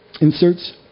inserts